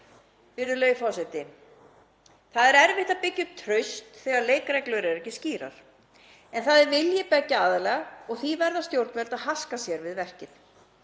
Virðulegi forseti. Það er erfitt að byggja upp traust þegar leikreglur eru ekki skýrar, en það er vilji beggja aðila og því verða stjórnvöld að haska sér við verkið.